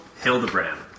Hildebrand